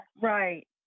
right